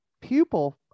pupil